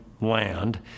land